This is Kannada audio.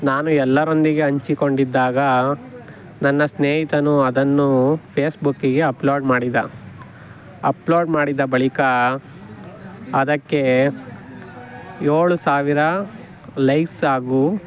ನಾನು ಎಲ್ಲರೊಂದಿಗೆ ಹಂಚಿಕೊಂಡಿದ್ದಾಗ ನನ್ನ ಸ್ನೇಹಿತನು ಅದನ್ನು ಫೇಸ್ಬುಕ್ಕಿಗೆ ಅಪ್ಲೋಡ್ ಮಾಡಿದ ಅಪ್ಲೋಡ್ ಮಾಡಿದ ಬಳಿಕ ಅದಕ್ಕೆ ಏಳು ಸಾವಿರ ಲೈಕ್ಸ್ ಹಾಗೂ